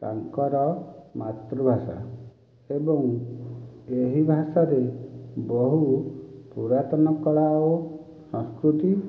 ତାଙ୍କର ମାତୃଭାଷା ଏବଂ ଏହି ଭାଷାରେ ବହୁ ପୂରାତନ କଳା ଓ ସଂସ୍କୃତି